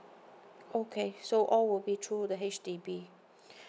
okay so all would be through the H_D_B